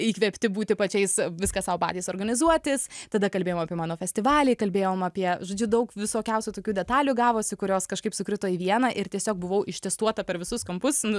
įkvėpti būti pačiais viską sau patys organizuotis tada kalbėjom apie mano festivalį kalbėjom apie žodžiu daug visokiausių tokių detalių gavosi kurios kažkaip sukrito į vieną ir tiesiog buvau ištestuota per visus kampus